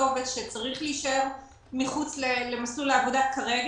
עובד שצריך להישאר מחוץ למסלול העבודה כרגע,